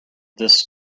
this